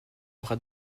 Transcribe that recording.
aura